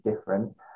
different